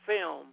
film